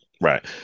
right